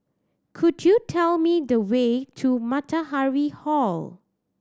could you tell me the way to Matahari Hall